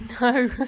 No